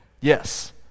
Yes